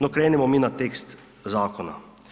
No krenimo mi na tekst zakona.